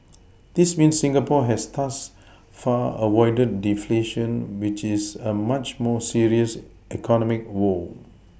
this means Singapore has thus far avoided deflation which is a much more serious economic woe